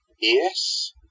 Yes